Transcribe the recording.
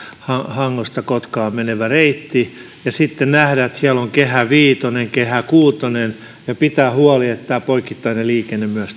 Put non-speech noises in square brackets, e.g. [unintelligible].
hangosta kotkaan menevä reitti ja sitten nähdä että siellä on kehä viitonen kehä kuutonen ja pitää huoli että tämä poikittainen liikenne myös [unintelligible]